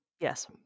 yes